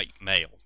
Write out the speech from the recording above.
male